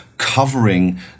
covering